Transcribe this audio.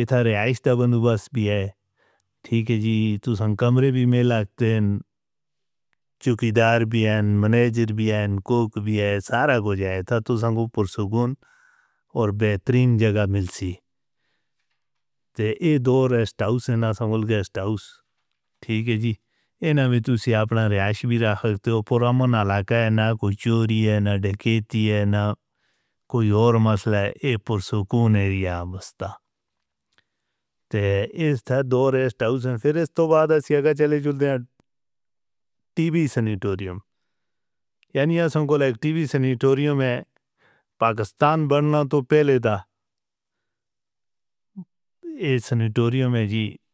اتھا رہائش دا بندوبست بھی ہے، ٹھیک ہے جی، توسان کمرے بھی مل آتے ہیں، چوکیدار بھی ہیں، منیجر بھی ہیں، کوک بھی ہے، سارا کچھ ہے، اتھا توسان کو پرسکون اور بہترین جگہ مل سی، تے ایہ دو ریسٹ ہاؤس ہیں نا سانکول گیسٹ ہاؤس، ٹھیک ہے جی؟ اینہاں بھی توسیہ اپنا رہائش بھی رکھتے ہو، پرامن علاقہ ہے، نہ کوئی چوری ہے، نہ ڈکیتی ہے، نہ کوئی اور مسئلہ ہے، ایہ پرسکون رہ آبستا، تے ایہ ستھا دو ریسٹ ہاؤس ہیں، پھر اس تو بعد اسی آگا چلے جاندے ہیں ٹی وی سنٹوریم، یعنی آسنگ کول ایک ٹی وی سنٹوریم ہے، پاکستان بننا تو پہلے دا، ایہ سنٹوریم ہے جی.